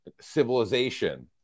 civilization